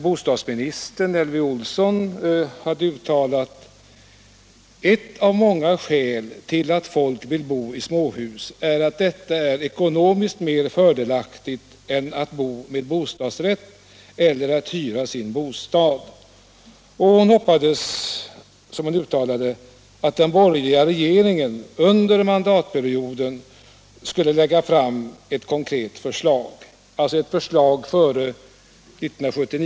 Bostadsminister Elvy Olsson har nämligen gjort följande uttalande: ”Ett av många skäl till att folk vill bo i småhus är att detta är ekonomiskt mer fördelaktigt än att bo med bostadsrätt eller att hyra sin bostad.” I samband med detta uttalande sade också bostadsministern att hon hoppades att den borgerliga regeringen under mandatperioden skulle kunna lägga fram ett konkret förslag när det gäller hur ekonomisk rättvisa mellan de olika boendekategorierna skall skapas.